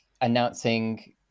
announcing